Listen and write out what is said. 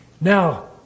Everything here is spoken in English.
Now